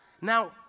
now